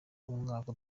umwaka